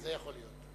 זה יכול להיות.